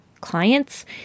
clients